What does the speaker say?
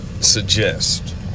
suggest